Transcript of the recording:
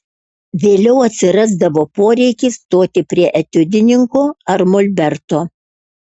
vėliau atsirasdavo poreikis stoti prie etiudininko ar molberto